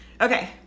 Okay